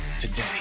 today